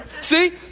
see